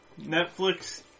Netflix